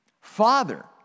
Father